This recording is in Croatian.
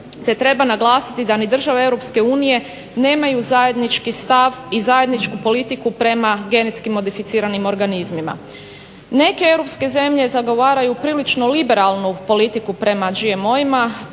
treba naglasiti da ni države EU nemaju zajednički stav i zajedničku politiku prema genetski modificiranim organizmima. Neke Europske zemlje zagovaraju prilično liberalnu politiku prema GMO-ima